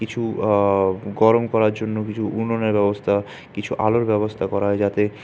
কিছু গরম করার জন্য কিছু উনুনের ব্যবস্থা কিছু আলোর ব্যবস্থা করা হয় যাতে